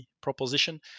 proposition